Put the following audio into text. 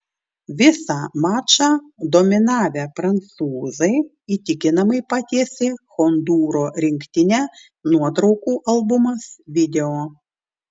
visą mačą dominavę prancūzai įtikinamai patiesė hondūro rinktinę nuotraukų albumas video